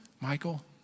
Michael